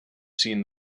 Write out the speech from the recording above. seen